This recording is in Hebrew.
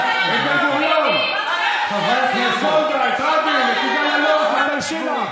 יושב-ראש תנועת הליכוד לא תהיה.